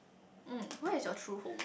mm where is your true home